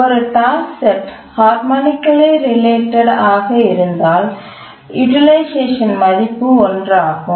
ஒரு task set harmonically related ஆக இருந்தால் யூடில்ஐஸ்சேஷன் மதிப்பு ஒன்று ஆகும்